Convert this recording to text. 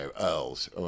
earls